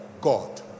God